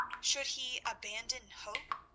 should he abandon hope?